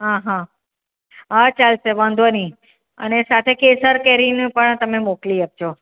હા હા હા ચાલશે વાંધો નહીં અને સાથે કેસર કેરી પણ તમે મોકલી આપજો